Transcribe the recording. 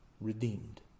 redeemed